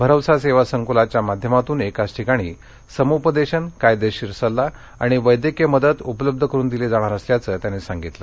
भरवसा सेवा संकुलाच्या माध्यमातून एकाच ठिकाणी समुपदेशन कायदेशीर सल्ला आणि वैद्यकीय मदत उपलब्ध करून दिली जाणार असल्याचं त्यांनी सांगितलं